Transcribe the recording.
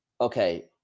okay